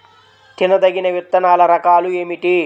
తినదగిన విత్తనాల రకాలు ఏమిటి?